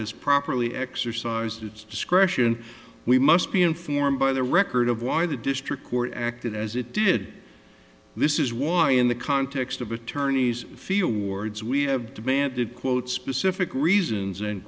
has properly exercised its discretion we must be informed by the record of why the district court acted as it did this is why in the context of attorneys feel wards we have demanded quote specific reasons and